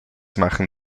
machen